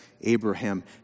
Abraham